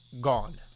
gone